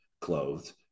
clothed